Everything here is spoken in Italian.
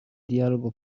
dialogo